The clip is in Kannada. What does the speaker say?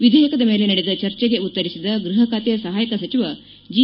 ಎದೇಯಕದ ಮೇಲೆ ನಡೆದ ಚರ್ಚೆಗೆ ಉತ್ತರಿಸಿದ ಗೃಪ ಖಾತೆ ಸಪಾಯಕ ಸಚಿವ ಜಿ